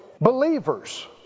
Believers